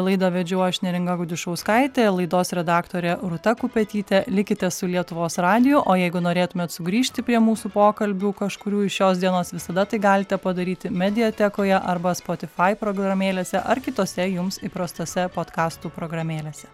laidą vedžiau aš neringa gudišauskaitė laidos redaktorė rūta kupetytė likite su lietuvos radiju o jeigu norėtumėt sugrįžti prie mūsų pokalbių kažkurių iš šios dienos visada tai galite padaryti mediatekoje arba spotify programėlėse ar kitose jums įprastose podkastų programėlėse